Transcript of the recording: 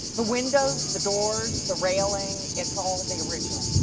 the windows. the doors. the railing. it's all the original.